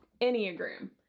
Enneagram